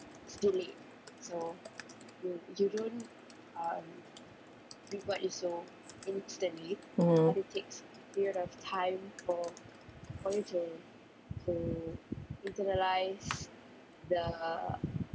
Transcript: mm